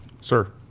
sir